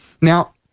Now